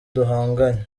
duhanganye